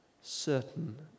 certain